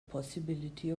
possibility